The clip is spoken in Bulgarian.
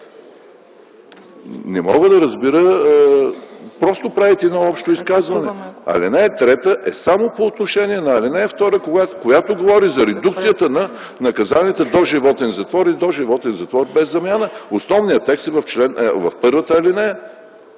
Не мога да разбера! Просто правите едно общо изказване. Алинея 3 е само по отношение на ал. 2, която говори за редукцията на наказанията доживотен затвор и доживотен затвор без замяна. Основният текст е в първата алинея.